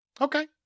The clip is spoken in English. Okay